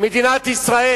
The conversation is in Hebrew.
מדינת ישראל,